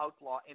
outlaw